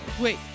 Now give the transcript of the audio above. Wait